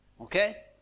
Okay